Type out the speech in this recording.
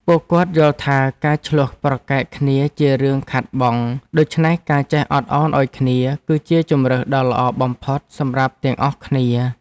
ពួកគាត់យល់ថាការឈ្លោះប្រកែកគ្នាជារឿងខាតបង់ ដូច្នេះការចេះអត់ឱនឱ្យគ្នា គឺជាជម្រើសដ៏ល្អបំផុតសម្រាប់ទាំងអស់គ្នា។